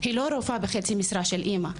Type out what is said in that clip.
היא לא רופאה בחצי משרה של אימא,